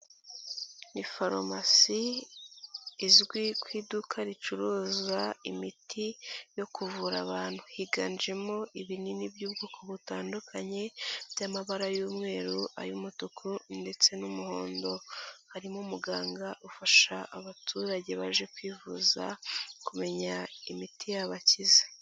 Ni farumasi izwi ku iduka ricuruza imiti yo kuvura abantu higanjemo ibinini by'ubwoko butandukanye by'amabara y'umweru, ay'umutuku ndetse n'umuhondo, harimo umuganga ufasha abaturage baje kwivuza kumenya imiti yabakiza.